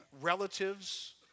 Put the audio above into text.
relatives